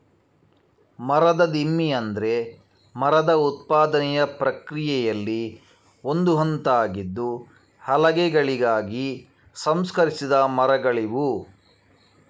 ಮರದ ದಿಮ್ಮಿ ಅಂದ್ರೆ ಮರದ ಉತ್ಪಾದನೆಯ ಪ್ರಕ್ರಿಯೆಯಲ್ಲಿ ಒಂದು ಹಂತ ಆಗಿದ್ದು ಹಲಗೆಗಳಾಗಿ ಸಂಸ್ಕರಿಸಿದ ಮರಗಳಿವು